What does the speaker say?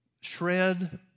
shred